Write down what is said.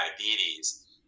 diabetes